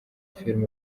film